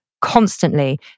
constantly